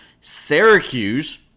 Syracuse